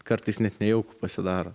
kartais net nejauku pasidaro